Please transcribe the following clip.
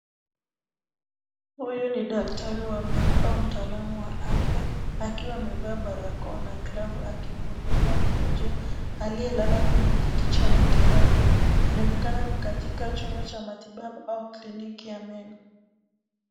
Huyu ni daktari wa meno au mtaalamu wa afya akiwa amevaa barakoa na gloves akimhudumia mgonjwa aliyelala kwenye kiti cha matibabu. Inaonekana ni katika chumba cha matibabu au kliniki ya meno.